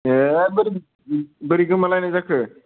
ए बोरै बोरै गोमालायनाय जाखो